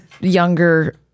younger